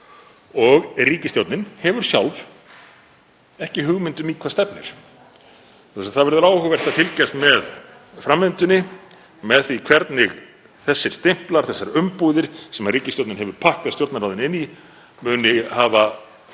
og ríkisstjórnin hefur sjálf ekki hugmynd um í hvað stefnir. Það verður því áhugavert að fylgjast með framvindunni, með því hvort þessir stimplar, þessar umbúðir sem ríkisstjórnin hefur pakkað Stjórnarráðinu inn í, muni hafa